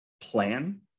plan